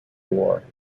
war